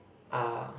are